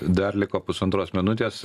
dar liko pusantros minutės